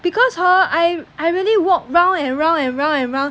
because hor I I really walk round and round and round and round